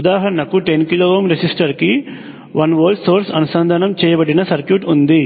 ఉదాహరణకు 10k resistor కి 1 volt source అనుసంధానం చేయబడి సర్క్యూట్ ఉంది